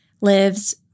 lives